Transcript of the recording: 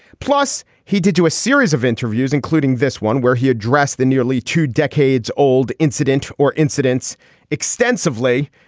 plus he did do a series of interviews including this one where he addressed the nearly two decades old incident or incidents extensively.